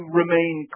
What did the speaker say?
remain